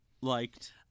liked